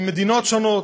ממדינות שונות,